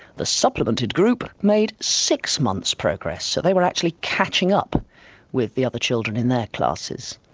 the supplemented group made six months progress. so they were actually catching up with the other children in their classes.